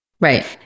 Right